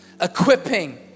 equipping